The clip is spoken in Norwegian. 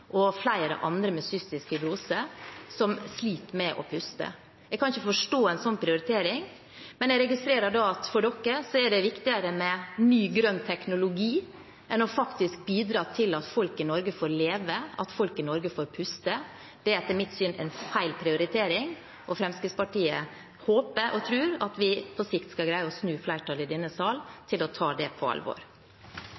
og flere andre med cystisk fibrose som sliter med å puste. Jeg kan ikke forstå en sånn prioritering, men jeg registrerer at for dem er det viktigere med ny grønn teknologi enn faktisk å bidra til at folk i Norge får leve – at folk i Norge får puste. Det er etter mitt syn en feil prioritering, og Fremskrittspartiet håper og tror at vi på sikt skal greie å snu flertallet i denne